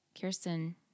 Kirsten